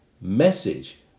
message